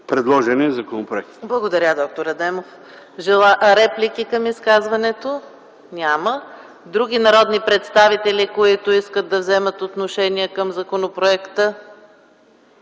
ЕКАТЕРИНА МИХАЙЛОВА: Благодаря, д-р Адемов. Реплики към изказването? Няма. Други народни представители, които искат да вземат отношение към законопроекта?